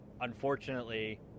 unfortunately